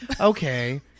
okay